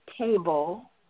table